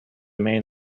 main